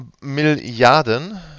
Milliarden